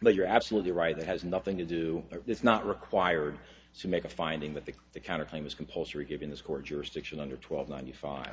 but you're absolutely right that has nothing to do it is not required to make a finding that the the counterclaim is compulsory given this court jurisdiction under twelve ninety five